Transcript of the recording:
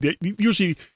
usually